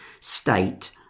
state